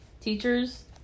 teachers